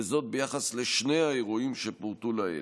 וזאת ביחס לשני האירועים שפורטו לעיל.